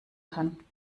kann